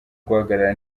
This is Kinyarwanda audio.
guhagarara